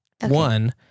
One